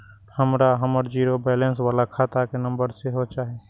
हमरा हमर zero balance बाला खाता के नम्बर सेहो चाही